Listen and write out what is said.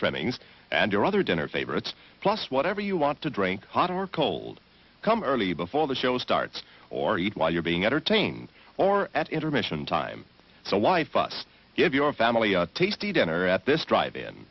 trimmings and your other dinner favorites plus whatever you want to drink hot or cold come early before the show starts or eat while you're being entertained or at intermission time so why fuss give your family a tasty dinner at this drive in